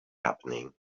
happening